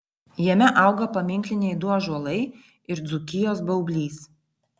jame auga paminkliniai du ąžuolai ir dzūkijos baublys